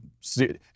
see